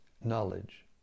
knowledge